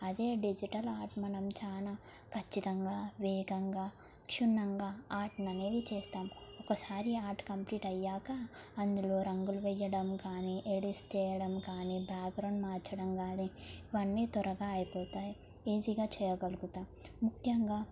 అదే digital art మనం చాలా ఖచ్చితంగా వేగంగా క్షుణ్ణంగా ఆర్ట్ని అనేది చేస్తాం ఒకసారి ఆర్ట్ కంప్లీట్ అయ్యాక అందులో రంగులు వెయ్యడం కానీ ఎడిట్స్ చేయడం కానీ బ్యాక్గ్రౌండ్ మార్చడం గానీ ఇవన్నీ త్వరగా అయిపోతాయి ఈజీగా చేయగలుగుతాం ముఖ్యంగా